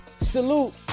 salute